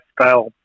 style